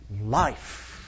life